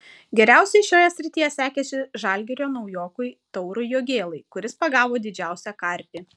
geriausiai šioje srityje sekėsi žalgirio naujokui taurui jogėlai kuris pagavo didžiausią karpį